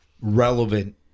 relevant